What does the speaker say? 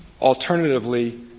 alternatively